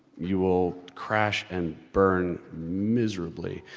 you will crash and burn miserably.